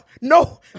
no